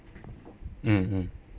mm mm